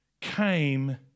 came